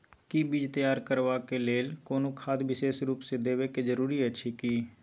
कि बीज तैयार करबाक लेल कोनो खाद विशेष रूप स देबै के जरूरी अछि की?